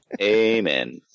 Amen